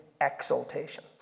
exaltation